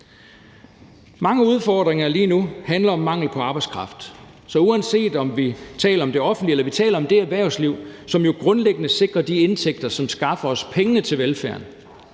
Mange udfordringer lige nu handler om mangel på arbejdskraft. Uanset om vi taler om det offentlige, eller om vi taler om det erhvervsliv, som jo grundlæggende sikrer de indtægter, som skaffer pengene til velfærden,